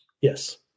Yes